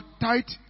tight